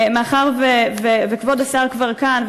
מאחר שכבוד השר כבר כאן,